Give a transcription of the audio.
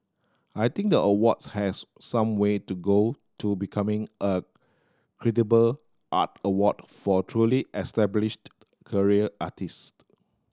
I think the awards has some way to go to becoming a credible art award for truly established career artist